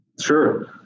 Sure